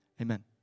amen